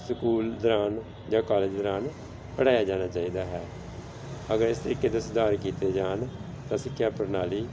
school ਦੌਰਾਨ ਜਾਂ college ਦੌਰਾਨ ਪੜ੍ਹਾਇਆ ਜਾਣਾ ਚਾਹੀਦਾ ਹੈ ਅਗਰ ਇਸ ਤਰੀਕੇ ਦੇ ਸੁਧਾਰ ਕੀਤੇ ਜਾਣ ਤਾਂ ਸਿੱਖਿਆ ਪ੍ਰਣਾਲੀ